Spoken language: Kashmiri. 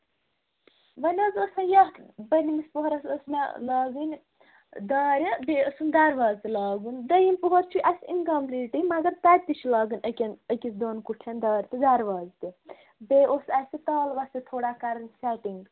وۅنۍ حظ ٲسۍ مےٚ یَتھ بۅنمِس پۅہرَس ٲسۍ مےٚ لاگٕنۍ دارِ بیٚیہِ ٲسِم دروازٕ تہِ لاگُن دوٚیُِم پۄہَر چھُ اَسہِ اِنکَمپُلیٖٹٕے مگر تَتہِ تہِ چھِ لاگٕنۍ أکٮ۪ن أکِس دۄن کُٹھَن دارِ تہٕ درواز تہِ بیٚیہِ اوس اَسہِ تالوَس تہِ تھوڑا کَرٕنۍ سیٹِنٛگ